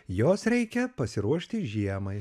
jos reikia pasiruošti žiemai